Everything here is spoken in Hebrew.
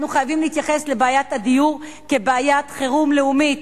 אנחנו חייבים להתייחס לבעיית הדיור כבעיית חירום לאומית.